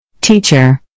Teacher